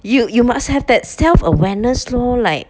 you you must have that self awareness lor like